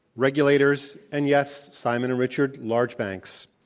regulators and, yes, simon and richard, large banks.